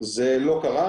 זה לא קרה,